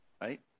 right